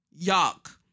yuck